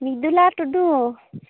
ᱢᱤᱫᱩᱞᱟ ᱴᱩᱰᱩ